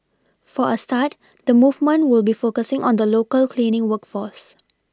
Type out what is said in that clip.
for a start the movement will be focusing on the local cleaning work force